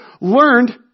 learned